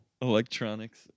electronics